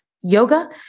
yoga